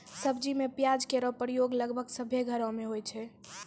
सब्जी में प्याज केरो प्रयोग लगभग सभ्भे घरो म होय छै